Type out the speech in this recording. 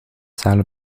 salle